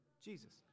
jesus